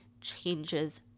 changes